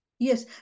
Yes